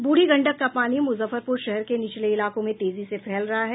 ब्रुढ़ी गंडक का पानी मुजफ्फरपुर शहर के निचले इलाकों में तेजी से फैल रहा है